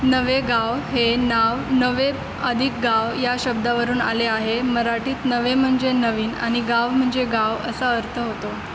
नवे गाव हे नाव नवे अधिक गाव या शब्दावरून आले आहे मराठीत नवे म्हणजे नवीन आणि गाव म्हणजे गाव असा अर्थ होतो